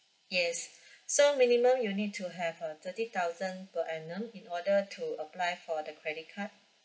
yes so minimum you need to have a thirty thousand per annum in order to apply for the credit card